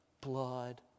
blood